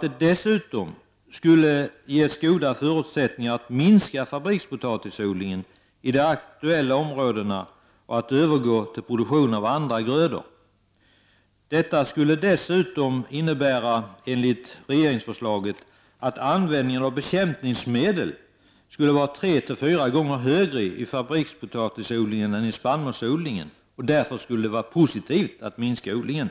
Det finns goda förutsättningar för att minska fabrikspotatisodlingen i de aktuella områdena och i stället övergå till produktion av andra grödor. Dessutom skulle, enligt regeringsförslaget, användningen av bekämpningsmedel vara tre till fyra gånger högre i fabrikspotatisodling än i spannmålsodling, varför det skulle vara positivt att minska odlingen.